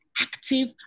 active